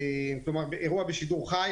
כלומר אירוע בשידור חי,